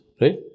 Right